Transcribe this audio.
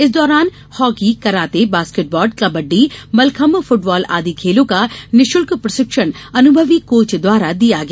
इस दौरान hockey karate basketball kabaddi mallakhamb football आदि खेलों का निषुल्क प्रषिक्षण अनुभवी कोच द्वारा दिया गया